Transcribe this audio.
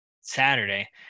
Saturday